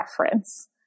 reference